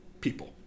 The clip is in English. people